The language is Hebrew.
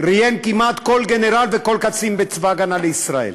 ראיין כמעט כל גנרל וכל קצין בצבא ההגנה לישראל.